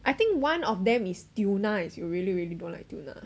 I think one of them is tuna is you really really don't like tuna